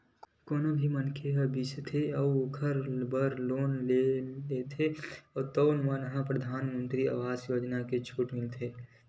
कोनो भी मनखे ह घर बिसाथे अउ ओखर बर लोन लेथे तउन म परधानमंतरी आवास योजना के छूट मिलथे